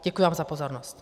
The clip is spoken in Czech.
Děkuji vám za pozornost.